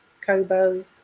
kobo